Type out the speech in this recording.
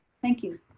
thank you.